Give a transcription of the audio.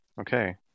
okay